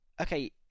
okay